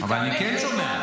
אבל אני כן שומע.